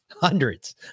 Hundreds